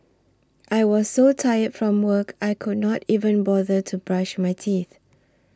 I was so tired from work I could not even bother to brush my teeth